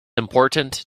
important